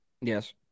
Yes